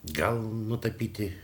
gal nutapyti